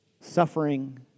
suffering